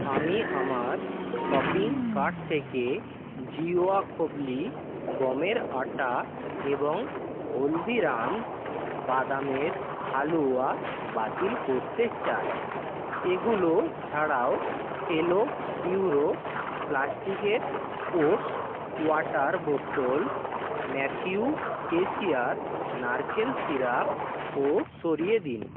আমি আমার shopping cart থেকে জিওয়া খোবলি গমের আটা এবং হলদিরামস বাদামের হালুয়া বাতিল করতে চাই এগুলো ছাড়াও সেলো পিউরো প্লাস্টিকের স্পোর্টস ওয়াটার বোতল ম্যাথিউ টেসিয়ার নারকেল সিরাপ ও সরিয়ে দিন